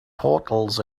portals